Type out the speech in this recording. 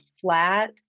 flat